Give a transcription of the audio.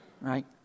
right